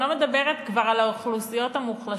אני כבר לא מדברת על האוכלוסיות המוחלשות,